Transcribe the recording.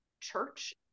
church